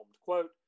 Quote